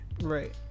right